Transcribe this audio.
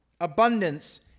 abundance